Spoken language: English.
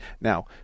Now